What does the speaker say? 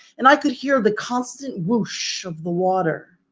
and i could hear the constant whoosh of the water.